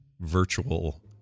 virtual